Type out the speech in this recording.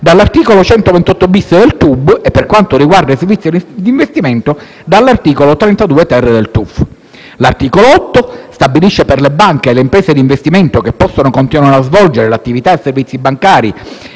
dall'articolo 128-*bis* del TUB e, per quanto riguarda quelli d'investimento, dall'articolo 32-*ter* del TUF. L'articolo 8 stabilisce, per le banche e le imprese di investimento che possono continuare a svolgere le attività e i servizi bancari